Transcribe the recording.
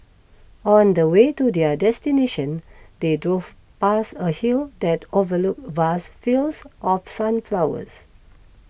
on the way to their destination they drove past a hill that overlooked vast fields of sunflowers